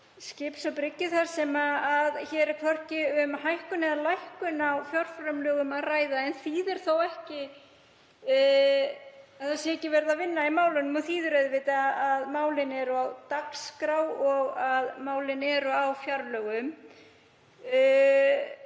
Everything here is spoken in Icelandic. í umræðunni þar sem hér er hvorki um hækkun eða lækkun á fjárframlögum að ræða. Það þýðir þó ekki að ekki sé verið að vinna í málunum og þýðir auðvitað að málin eru á dagskrá og að málin eru á fjárlögum.